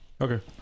okay